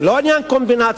לא עניין קומבינציה.